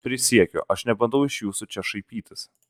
prisiekiu aš nebandau iš jūsų čia šaipytis